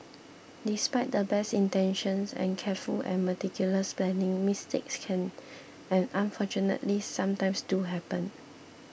despite the best intentions and careful and meticulous planning mistakes can and unfortunately sometimes do happen